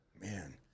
Man